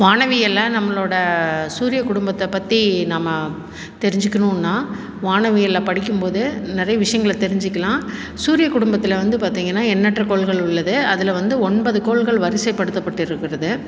வானவியல்லை நம்மளோட சூரியன் குடும்பத்தை பற்றி நம்ம தெரிஞ்சுக்கணுன்னா வானவியல்லை படிக்கும் போது நிறைய விஷயங்கள தெரிஞ்சிக்கலாம் சூரியன் குடும்பத்தில் வந்து பார்த்திங்கன்னா எண்ணற்ற கோள்கள் உள்ளது அதில் வந்து ஒன்பது கோள்கள் வரிசைப்படுத்தப்பட்டிருக்கிறது